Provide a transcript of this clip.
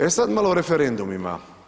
E sad malo o referendumima.